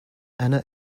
anna